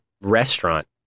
restaurant